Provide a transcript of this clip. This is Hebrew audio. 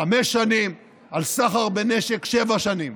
חמש שנים, על סחר בנשק, שבע שנים.